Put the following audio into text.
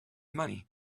money